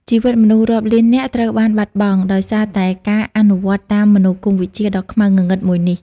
ជីវិតមនុស្សរាប់លាននាក់ត្រូវបានបាត់បង់ ដោយសារតែការអនុវត្តតាមមនោគមវិជ្ជាដ៏ខ្មៅងងឹតមួយនេះ។